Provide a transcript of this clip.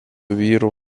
vyrų